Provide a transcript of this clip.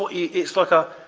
so it's like a